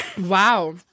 Wow